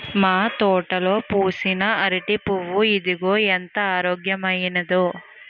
మా తోటలో పూసిన అరిటి పువ్వు ఇదిగో ఎంత ఆరోగ్యమైనదో